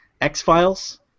X-Files